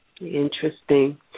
Interesting